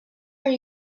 are